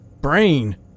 brain